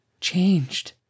Changed